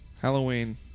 Halloween